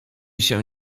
się